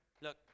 Look